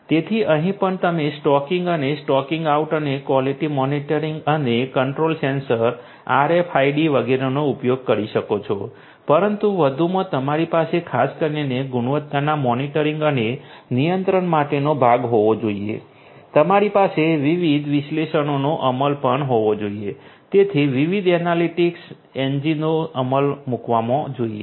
તેથી અહીં પણ તમે સ્ટોકિંગ અને સ્ટોકિંગ આઉટ અને ક્વોલિટી મોનિટરિંગ અને કંટ્રોલ સેન્સર આરએફઆઈડી વગેરેનો ઉપયોગ કરી શકો છો પરંતુ વધુમાં તમારી પાસે ખાસ કરીને ગુણવત્તાના મોનિટરિંગ અને નિયંત્રણ માટેનો ભાગ હોવો જોઈએ તમારી પાસે વિવિધ વિશ્લેષણોનો અમલ પણ હોવો જોઈએ તેથી વિવિધ એનાલિટિક્સ એન્જિનો અમલમાં મૂકવા જોઈએ